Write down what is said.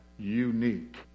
unique